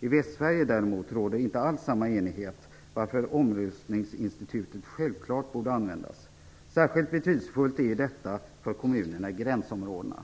I Västsverige däremot råder inte alls samma enighet, varför omröstningsinstitutet självklart borde användas. Särskilt betydelsefullt är detta för kommunerna i gränsområdena.